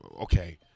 Okay